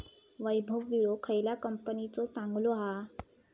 वैभव विळो खयल्या कंपनीचो चांगलो हा?